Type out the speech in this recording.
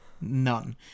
none